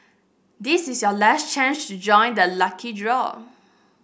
this is your last chance to join the lucky draw